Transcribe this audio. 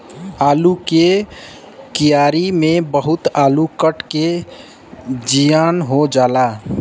आलू के क्यारी में बहुते आलू कट के जियान हो जाला